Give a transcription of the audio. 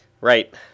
Right